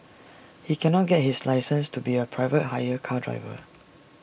he cannot get his license to be A private hire car driver